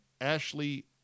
Ashley